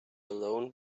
alone